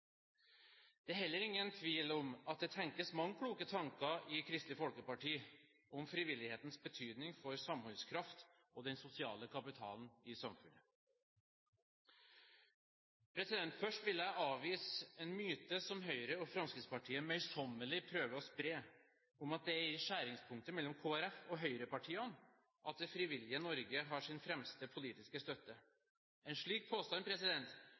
Det er heller ingen tvil om at det tenkes mange kloke tanker i Kristelig Folkeparti om frivillighetens betydning for samholdskraft og den sosiale kapitalen i samfunnet. Først vil jeg avvise en myte som Høyre og Fremskrittspartiet møysommelig prøver å spre, at det er i skjæringspunktet mellom Kristelig Folkeparti og høyrepartiene at det frivillige Norge har sin fremste politiske støtte. En slik påstand